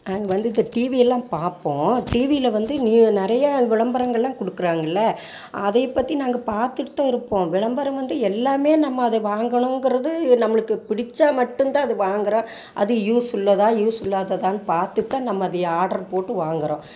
நாங்கள் வந்து இப்போ டிவி எல்லாம் பார்ப்போம் டிவியில் வந்து நிறைய விளம்பரங்கள் எல்லாம் கொடுக்குறாங்கள அதை பற்றி நாங்கள் பார்த்துட்டுத்தான் இருப்போம் விளம்பரம் வந்து எல்லாமே நம்ம அதை வாங்கணுங்கிறது நம்மளுக்கு பிடிச்சா மட்டும்தான் அது வாங்கிறோம் அது யூஸ் உள்ளதாக யூஸ் இல்லாததானு பார்த்துதான் நம்ம அதையே ஆர்ட்ரு போட்டு வாங்கிறோம்